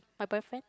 my boyfriend